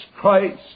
Christ